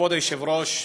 כבוד היושב-ראש,